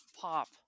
pop